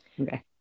okay